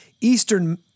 Eastern